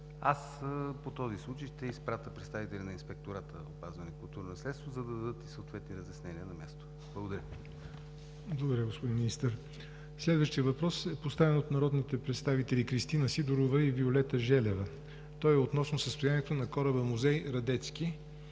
По този случай ще изпратя представители на Инспектората за опазване на културното наследство, за да дадат съответни разяснения на място. Благодаря. ПРЕДСЕДАТЕЛ ЯВОР НОТЕВ: Благодаря Ви, господин Министър. Следващият въпрос е поставен от народните представители Кристина Сидорова и Виолета Желева – относно състоянието на кораба музей „Радецки“.